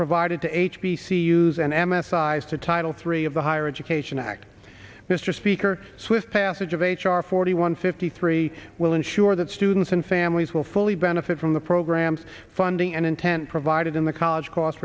provided to h b c use and m s i has to title three of the higher education act mr speaker swift passage of h r forty one fifty three will ensure that students and families will fully benefit from the program's funding and intent provided in the college cost